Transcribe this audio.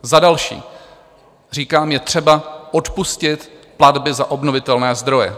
Za další říkám: je třeba odpustit platby za obnovitelné zdroje.